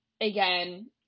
again